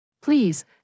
Please